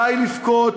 די לבכות.